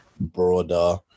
broader